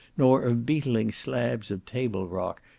nor of beetling slabs of table rock,